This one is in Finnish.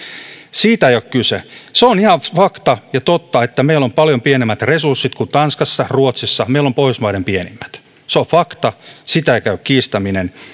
siitä ei ole kyse se on ihan fakta ja totta että meillä on paljon pienemmät resurssit kuin tanskassa ruotsissa meillä on pohjoismaiden pienimmät se on fakta sitä ei käy kiistäminen